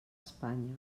espanya